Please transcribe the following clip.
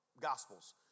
Gospels